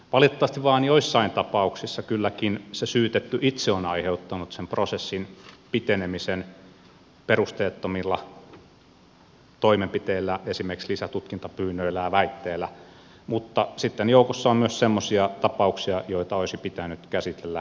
valitettavasti vain joissain tapauksissa kylläkin se syytetty itse on aiheuttanut sen prosessin pitenemisen perusteettomilla toimenpiteillä esimerkiksi lisätutkintapyynnöillä ja väitteillä mutta sitten joukossa on myös semmoisia tapauksia joita olisi pitänyt käsitellä nopeammin